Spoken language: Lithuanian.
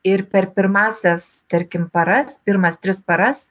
ir per pirmąsias tarkim paras pirmas tris paras